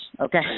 okay